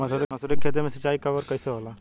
मसुरी के खेती में सिंचाई कब और कैसे होला?